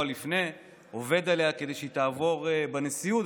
לפני כן ועובד עליה כדי שהיא תעבור בנשיאות,